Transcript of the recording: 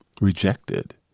rejected